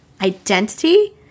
identity